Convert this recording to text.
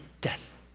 death